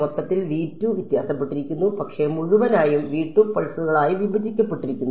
മൊത്തത്തിൽ വ്യത്യാസപ്പെട്ടിരിക്കുന്നു പക്ഷേ മുഴുവനായും പൾസുകളായി വിഭജിക്കപ്പെട്ടിരിക്കുന്നു